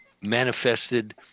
manifested